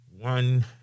one